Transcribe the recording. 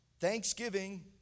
Thanksgiving